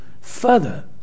further